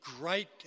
great